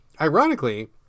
ironically